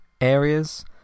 areas